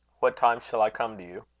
what time shall i come to you?